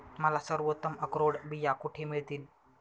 मला सर्वोत्तम अक्रोड बिया कुठे मिळतील